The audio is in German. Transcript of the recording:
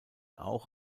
auch